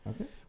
Okay